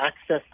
access